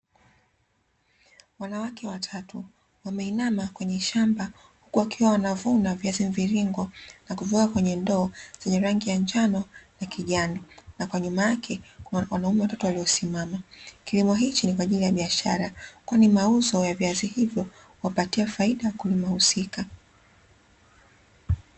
Wanawake watatu wameinama kwenye shamba huku wakiwa wanavuna viazi mviringo na kuviweka kwenye ndoo zenye rangi ya njano na kijani, na kwa nyuma yake kuna wanaume watatu waliosimama. Kilimo hichi ni kwa ajili ya biashara kwani mauzo ya viazi hivyo huwapatia faida wakulima husika.